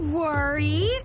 worry